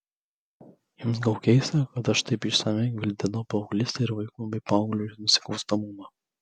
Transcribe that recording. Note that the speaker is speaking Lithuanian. jums gal keista kad aš taip išsamiai gvildenau paauglystę ir vaikų bei paauglių nusikalstamumą